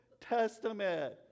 testament